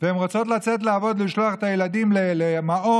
והן רוצות לצאת לעבוד ולשלוח את הילדים למעון,